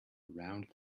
around